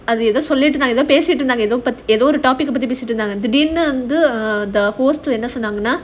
அது ஏதோ சொல்லிட்ருந்தாலே ஏதோ:adhu edho sollitrunthaalae edho topic பத்தி பேசிற்றுந்தைங்க திடீர்னு:pathi pesitrunthainga thideernu the host என்ன சொன்னாங்கன்னா:enna sonnaanganaa